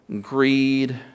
greed